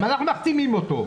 גם אנחנו מחתימים אותו.